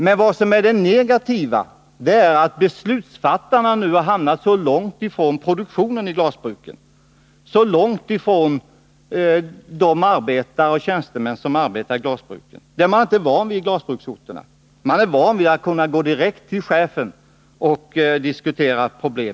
Men det negativa är att beslutsfattarna nu har hamnat så långt från produktionen vid glasbruken, så långt ifrån de arbetare och tjänstemän som arbetar i glasbruken. Det är man inte van vid på glasbruksorterna. Man är van vid att kunna gå direkt till chefen och diskutera frågorna.